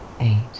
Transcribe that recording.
eight